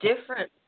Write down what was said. different